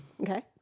Okay